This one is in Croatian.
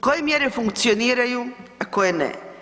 Koje mjere funkcioniraju a koje ne?